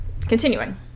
Continuing